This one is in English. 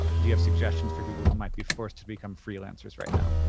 do you have suggestions for people who might be forced to become freelancers right now?